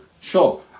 sure